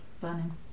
burning